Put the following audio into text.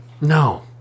No